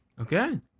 Okay